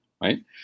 Right